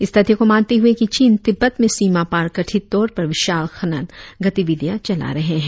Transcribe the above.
इस तथ्य को मानते हुए की चिन तिब्बत में सीमा पार कथित तौर पर विशाल खनन गतिविधिया चला रहे है